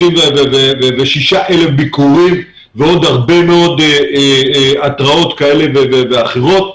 6,000 ביקורים ועוד הרבה מאוד התראות כאלה ואחרות.